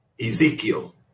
Ezekiel